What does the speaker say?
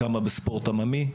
כמה בספורט עממי?